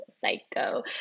psycho